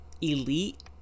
elite